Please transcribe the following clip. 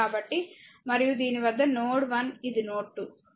కాబట్టి మరియు దీని వద్ద నోడ్ 1 ఇది నోడ్ 2